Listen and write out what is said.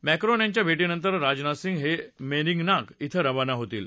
Macron यांच्या भेटीनंतर राजनाथ सिंग हे मेरींगना ॐ रवाना होतील